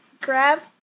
grab